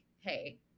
hey